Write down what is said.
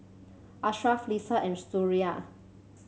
Ashraf Lisa and Suria